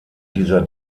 dieser